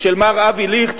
של מר אבי ליכט,